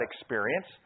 experience